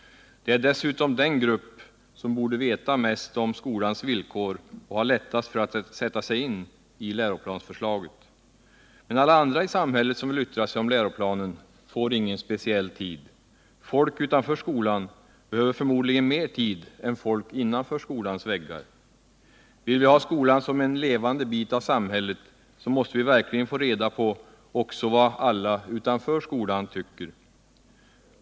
Det är dessutom den grupp som borde veta mest om skolans villkor och ha lättast för att sätta sig in i läroplansförslaget. Men alla andra i samhället som vill yttra sig om läroplanen får ingen speciell tid. Folk utanför skolan behöver förmodligen mer tid än folk innanför skolans väggar. Vill vi ha skolan som en levande bit av samhället, så måste vi verkligen få reda på också vad alla utanför skolan tycker.